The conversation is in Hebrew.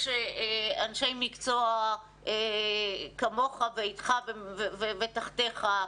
יש אנשי מקצוע כמוך ואיתך ותחתיך,